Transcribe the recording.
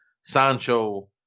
Sancho